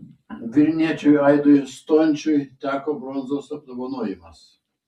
vilniečiui aidui stončiui teko bronzos apdovanojimas